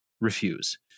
refuse